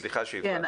סליחה שהפרעתי לך.